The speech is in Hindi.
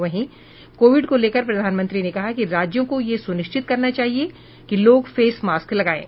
वहीं कोविड को लेकर प्रधानमंत्री ने कहा कि राज्यों को यह सुनिश्चित करना चाहिए कि लोग फेस मास्क लगायें